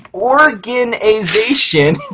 organization